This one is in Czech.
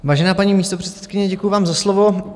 Vážená paní místopředsedkyně, děkuji vám za slovo.